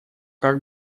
как